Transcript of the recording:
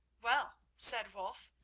well, said wulf,